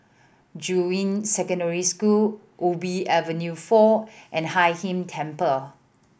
Juying Secondary School Ubi Avenue Four and Hai Inn Temple